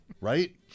Right